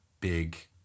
big